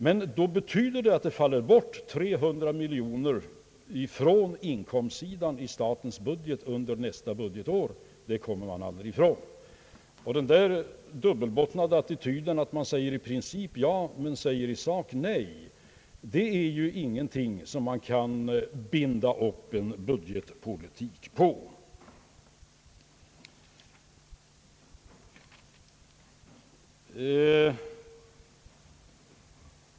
Men detta betyder ett inkomstbortfall på 300 miljoner kronor i statsbudgeten under nästa budgetår, det kommer man aldrig ifrån. Och denna dubbelbottnade attityd, att man i princip säger ja men i sak säger nej, är ingenting som Ang. den ekonomiska politiken, m.m. man kan binda upp en budgetpolitik på.